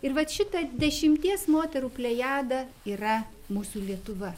ir vat šita dešimties moterų plejada yra mūsų lietuva